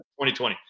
2020